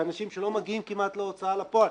של אנשים שלא מגיעים כמעט להוצאה לפועל.